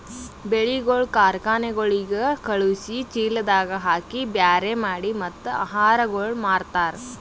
ಬೆಳಿಗೊಳ್ ಕಾರ್ಖನೆಗೊಳಿಗ್ ಖಳುಸಿ, ಚೀಲದಾಗ್ ಹಾಕಿ ಬ್ಯಾರೆ ಮಾಡಿ ಮತ್ತ ಆಹಾರಗೊಳ್ ಮಾರ್ತಾರ್